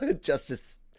Justice